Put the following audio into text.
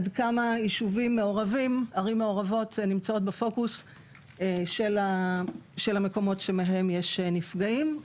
עד כמה ערים מעורבות נמצאות בפוקוס של המקומות שמהם יש נפגעים.